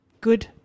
good